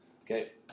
Okay